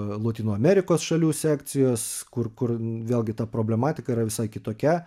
lotynų amerikos šalių sekcijos kur kur vėlgi ta problematika yra visai kitokia